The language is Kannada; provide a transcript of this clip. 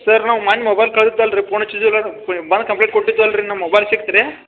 ಸರ್ ನಾವು ಮನ್ ಮೊಬೈಲ್ ಕಳದು ಅಲ್ರಿ ಪೋನ್ ಹಚ್ಚಿದೆ ಎಲ್ಲಾನು ಬನ್ ಕಂಪ್ಲೇಟ್ ಕೊಟ್ಟಿದ್ದೆ ಅಲ್ರಿ ನಮ್ಮ ಮೊಬೈಲ್ ಸಿಕ್ತು ರೀ